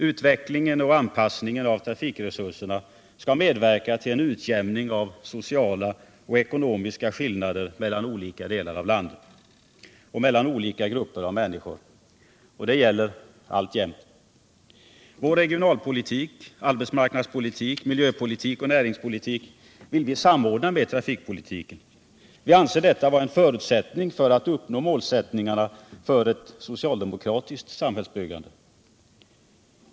Utvecklingen och anpassningen av trafikresurserna skall medverka till en utjämning av sociala och ekonomiska skillnader mellan olika delar av landet och mellan olika grupper av människor. Detta gäller alltjämt. Vår regionalpolitik, arbetsmarknadspolitik, miljöpolitik och näringspolitik vill vi samordna med trafikpolitiken. Vi anser detta vara en förutsättning för att uppnå målsättningarna för ett socialdemokratiskt samhällsbyggande.